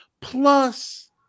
plus